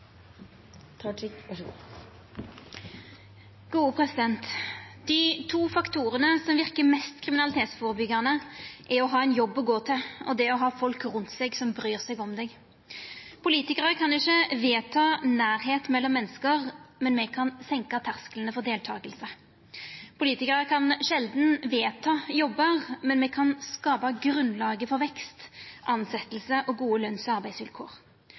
og ha folk rundt seg som bryr seg om deg. Politikarar kan ikkje vedta nærleik mellom menneske, men me kan senka terskelen for deltaking. Politikarar kan sjeldan vedta jobbar, men me kan skapa grunnlag for vekst, tilsetjing og gode løns- og arbeidsvilkår.